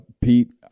Pete